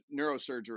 neurosurgery